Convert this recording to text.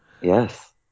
Yes